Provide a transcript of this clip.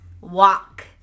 walk